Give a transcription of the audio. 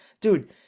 Dude